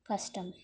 కష్టం